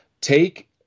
Take